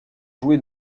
joué